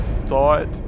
thought